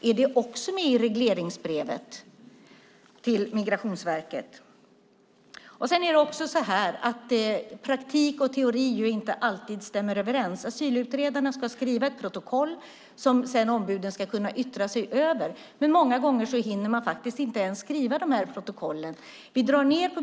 Är det också med i regleringsbrevet till Migrationsverket? Praktik och teori stämmer inte alltid överens. Asylutredarna ska skriva ett protokoll som ombuden sedan ska kunna yttra sig över, men många gånger hinner de faktiskt inte ens skriva de här protokollen.